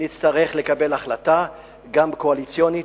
נצטרך לקבל החלטה גם קואליציונית,